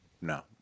No